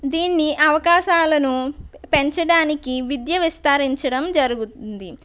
దీన్ని అవకాశాలను పెంచడానికి విద్య విస్తరించడం జరుగుతుంది